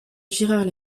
girard